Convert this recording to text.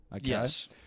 Yes